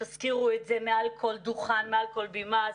שתזכירו את זה מעל כל בימה עוד פעם ועוד פעם,